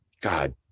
God